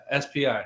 SPI